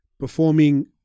performing